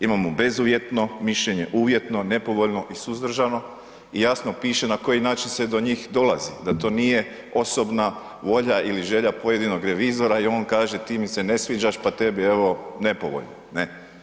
Imamo bezuvjetno mišljenje, uvjetno, nepovoljno i suzdržano i jasno piše na koji način se do njih dolazi, da to nije osobna volja ili želja pojedinog revizora i on kaže ti mi se ne sviđaš, pa tebi evo nepovoljan, ne?